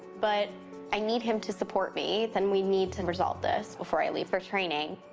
but i need him to support me, and we need to and resolve this before i leave for training.